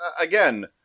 Again